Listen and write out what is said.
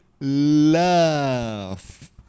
love